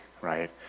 right